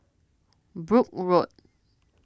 Brooke Road